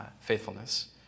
faithfulness